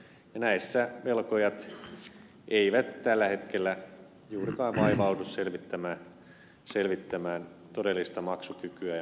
näissä velkojat eivät tällä hetkellä juurikaan vaivaudu selvittämään todellista maksukykyä ja maksuhalua